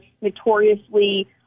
notoriously